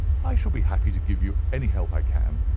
i shall be happy to give you any help i can.